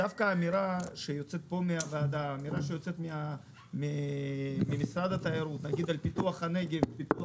דווקא האמירה שיוצאת מהוועדה ממשרד התיירות שאנחנו